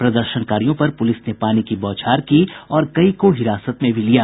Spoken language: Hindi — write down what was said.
प्रदर्शनकारियों पर पुलिस ने पानी की बौछार की और कई को हिरासत में भी लिया